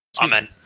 amen